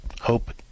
Hope